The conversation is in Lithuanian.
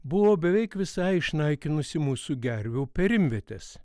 buvo beveik visai išnaikinusi mūsų gervių perimvietės